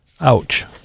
Ouch